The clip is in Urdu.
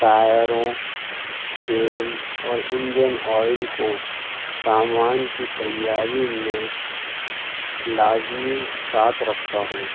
ٹائروں چین اور انجن آئل کو سامان کی تیاری میں لازمی ساتھ رکھتا ہوں